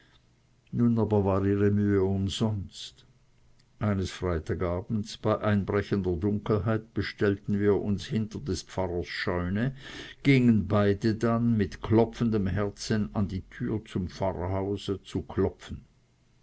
nun aber war ihre mühe umsonst eines freitag abends bei einbrechender dunkelheit bestellten wir uns hinter des pfarrers scheune gingen beide dann mit klopfendem herzen an die türe zum pfarrhause zu klopfen